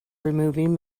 removing